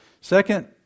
Second